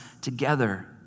together